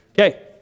Okay